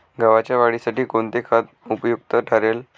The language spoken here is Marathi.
गव्हाच्या वाढीसाठी कोणते खत उपयुक्त ठरेल?